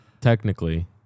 Technically